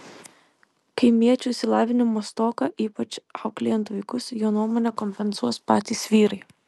kaimiečių išsilavinimo stoką ypač auklėjant vaikus jo nuomone kompensuos patys vyrai